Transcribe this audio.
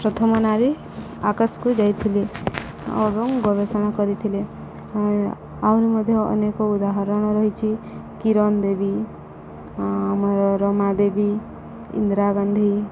ପ୍ରଥମ ନାରୀ ଆକାଶକୁ ଯାଇଥିଲେ ଏବଂ ଗବେଷଣା କରିଥିଲେ ଆହୁରି ମଧ୍ୟ ଅନେକ ଉଦାହରଣ ରହିଛି କିରଣ ଦେବୀ ଆମର ରମାଦେବୀ ଇନ୍ଦିରା ଗାନ୍ଧୀ